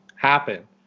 happen